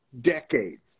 decades